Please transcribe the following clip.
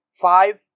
five